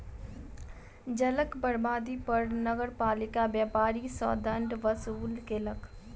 जलक बर्बादी पर नगरपालिका व्यापारी सॅ दंड वसूल केलक